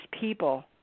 people